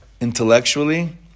intellectually